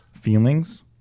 feelings